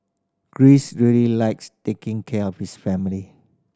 Greece really likes taking care of his family